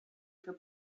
for